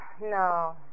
no